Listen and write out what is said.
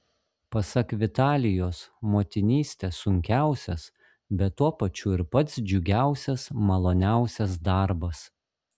pasak vitalijos motinystė sunkiausias bet tuo pačiu ir pats džiugiausias maloniausias darbas